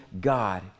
God